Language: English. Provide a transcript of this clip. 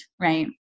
right